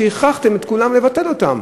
שהכרחתם את כולם לבטל אותם,